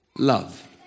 Love